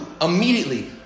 immediately